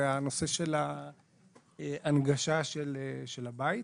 והנושא של ההנגשה של הבית.